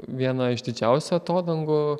viena iš didžiausių atodangų